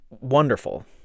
wonderful